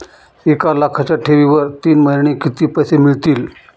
एक लाखाच्या ठेवीवर तीन महिन्यांनी किती पैसे मिळतील?